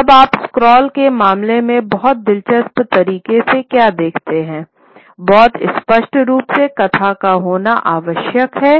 अब आप स्क्रॉल के मामले में बहुत दिलचस्प तरीके से क्या देखते हैं बहुत स्पष्ट रूप से कथा का होना आवश्यक है